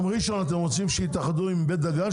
ראשון אתם רוצים שיתאחדו עם בית דגן,